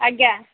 ଆଜ୍ଞା